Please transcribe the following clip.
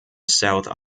south